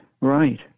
right